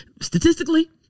Statistically